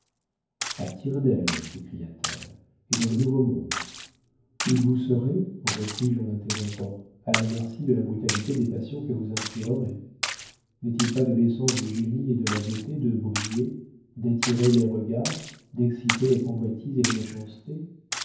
a tire-d'aile s'écria-t-elle et dans le nouveau-monde où vous serez repris-je en l'interrompant à la merci de la brutalité des passions que vous inspirerez n'est-il pas de l'essence du génie et de la beauté de briller d'attirer les regards d'exciter les convoitises et les méchancetés